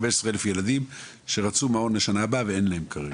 15,000 ילדים שרצו מעון לשנה הבאה ואין להם כרגע.